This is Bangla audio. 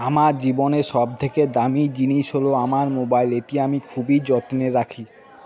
আমার জীবনে সব থেকে দামি জিনিস হলো আমার মোবাইল এটি আমি খুবই যত্নে রাখি